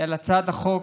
על הצעת החוק.